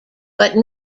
but